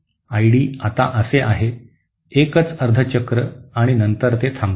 I D आता असे आहे एकच अर्ध चक्र आणि नंतर ते थांबते